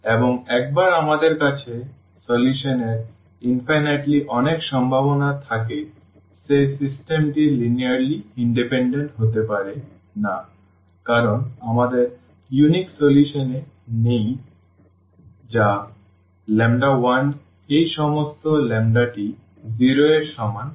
এবং একবার আমাদের কাছে সমাধান এর অসীম অনেক সম্ভাবনা থাকে যে সিস্টেমটি লিনিয়ারলি ইন্ডিপেন্ডেন্ট হতে পারে না কারণ আমাদের অনন্য সমাধান এ নেই যা 1 এই সমস্ত s টি 0 এর সমান হতে হবে